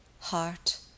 Heart